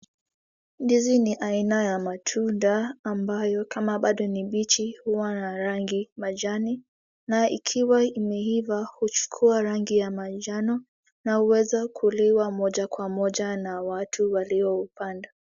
Hizi ni aina ya matunda ambayo kama bado ni mbichi huwa na rangi majani na ikiwa imeiva uchukua rangi ya majano na uweza kuliwa moja kwa moja na watu walioupanda.